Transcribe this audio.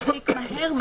מספיק מהר,